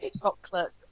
chocolate